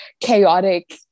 chaotic